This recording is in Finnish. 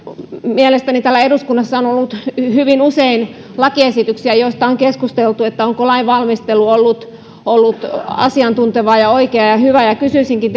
mielestäni täällä eduskunnassa on on ollut hyvin usein lakiesityksiä joista on keskusteltu onko lainvalmistelu ollut ollut asiantuntevaa ja oikeaa ja ja hyvää kysyisinkin